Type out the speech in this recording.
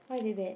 why is it bad